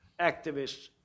activists